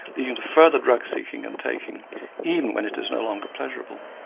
leading to further drug seeking and taking even when it is no longer pleasurable.